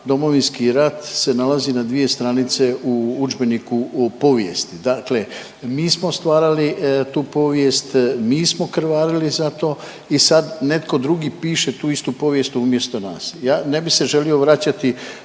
Domovinski rat se nalazi na dvije stranice u udžbeniku u povijesti. Dakle, mi smo stvarali tu povijest, mi smo krvarili za to i sad netko drugi piše tu istu povijest umjesto nas. Ja ne bi se želio vraćati